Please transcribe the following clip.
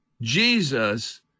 Jesus